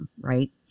right